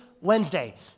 Wednesday